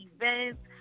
events